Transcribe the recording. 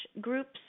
groups